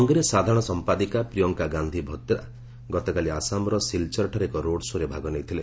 କଂଗ୍ରେସ ସାଧାରଣ ସମ୍ପାଦିକା ପ୍ରିୟଙ୍କା ଗାନ୍ଧି ଭଦ୍ରା ଗତକାଲି ଆସାମର ସିଲଚର୍ଠାରେ ଏକ ରୋଡ୍ ଶୋ'ରେ ଭାଗ ନେଇଥିଲେ